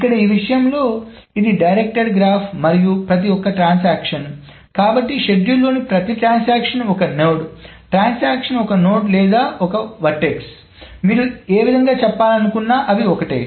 ఇక్కడ ఈ విషయం లో ఇది డైరెక్ట్డ్ గ్రాఫ్ మరియు ప్రతి ఒక్క ట్రాన్సాక్షన్ కాబట్టి షెడ్యూల్లోని ప్రతి ట్రాన్సాక్షన్ ఒక నోడ్ ట్రాన్సాక్షన్ ఒక నోడ్ లేదా శీర్షం మీరు ఏ విధంగా చెప్పాలనుకుంటున్నా అవి ఒక్కటే